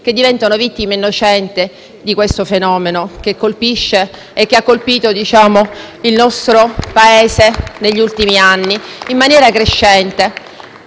che diventano vittime innocenti di questo fenomeno che ha colpito e colpisce il nostro Paese negli ultimi anni in maniera crescente.